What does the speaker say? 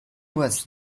was